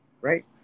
Right